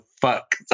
fuck